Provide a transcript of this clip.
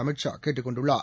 அமித் ஷா கேட்டுக் கொண்டுள்ளார்